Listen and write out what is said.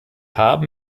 haben